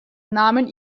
nahmen